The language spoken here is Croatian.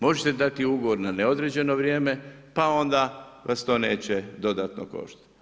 Možete dati ugovor na neodređeno vrijeme pa onda vas to neće dodatno koštati.